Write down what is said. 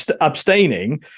abstaining